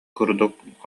курдук